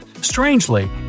Strangely